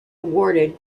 awarded